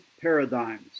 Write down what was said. Paradigms